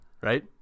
Right